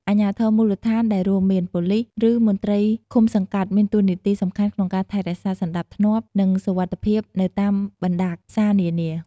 អាជ្ញាធរមូលដ្ឋាន ដែលរួមមាន ប៉ូលិស ឬ មន្ត្រីឃុំសង្កាត់មានតួនាទីសំខាន់ក្នុងការថែរក្សាសណ្ដាប់ធ្នាប់ និងសុវត្ថិភាពនៅតាមបណ្ដាផ្សារនានា។